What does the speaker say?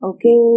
Okay